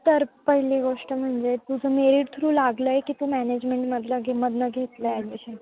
तर पहिली गोष्ट म्हणजे तुझं मेरीट थ्रू लागलं आहे की तू मॅनेजमेंटमधलं घे मधून घेतलं आहे ॲडमिशन